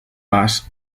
bas